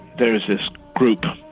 there is this group